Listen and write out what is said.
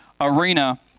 arena